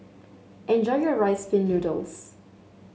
enjoy your Rice Pin Noodles